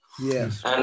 Yes